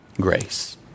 Grace